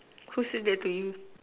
who said that to you